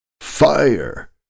Fire